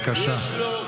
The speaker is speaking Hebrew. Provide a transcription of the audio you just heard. בבקשה.